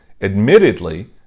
Admittedly